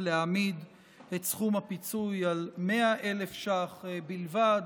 להעמיד את סכום הפיצוי על 100,000 שקל בלבד,